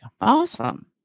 Awesome